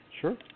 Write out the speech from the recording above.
Sure